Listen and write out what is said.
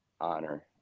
honor